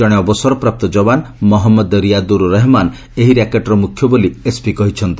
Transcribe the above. କଣେ ଅବସରପ୍ରାପ୍ତ ଯବାନ ମହମ୍ମଦ ରିୟାଦୁର୍ ରେହେମାନ୍ ଏହି ର୍ୟାକେଟ୍ର ମୁଖ୍ୟ ବୋଲି ଏସ୍ପି କହିଛନ୍ତି